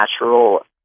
natural